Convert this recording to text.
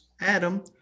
Adam